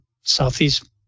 Southeast